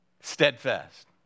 steadfast